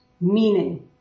Meaning